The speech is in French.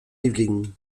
yvelines